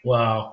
Wow